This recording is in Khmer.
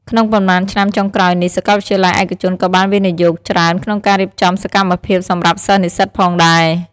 ក្នុងប៉ុន្មានឆ្នាំចុងក្រោយនេះ សាកលវិទ្យាល័យឯកជនក៏បានវិនិយោគច្រើនក្នុងការរៀបចំសកម្មភាពសម្រាប់សិស្សនិស្សិតផងដែរ។